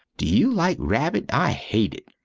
do you like rabit? i hate it!